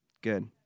good